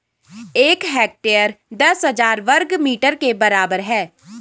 एक हेक्टेयर दस हजार वर्ग मीटर के बराबर है